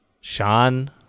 Sean